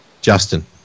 Justin